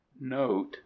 Note